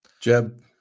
Jeb